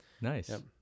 Nice